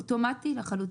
אוטומטי לחלוטין.